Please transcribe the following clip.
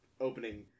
opening